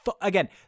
Again